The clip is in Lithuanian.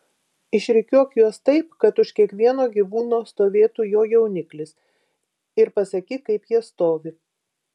išrikiuok juos taip kad už kiekvieno gyvūno stovėtų jo jauniklis ir pasakyk kaip jie stovi